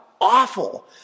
awful